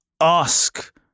Ask